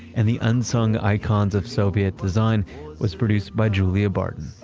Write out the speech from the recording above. and the unsung icons of soviet design was produced by julia barton.